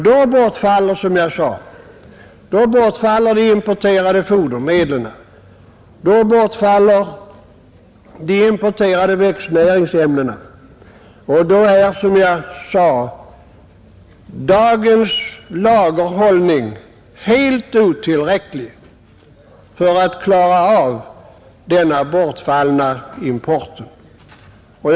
Då bortfaller de importerade fodermedlen, då bortfaller de importerade växtnäringsämnena och då är dagens lagerhållning helt otillräcklig för att klara av denna bortfallna import.